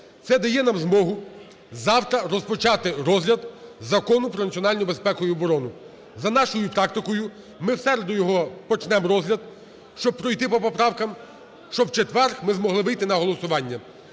Це дає нам змогу завтра розпочати розгляд Закону про національну безпеку і оборону. За нашою практикою ми в середу його почнемо розгляд, щоб пройти по поправкам, щоб в четвер ми змогли вийти на голосування.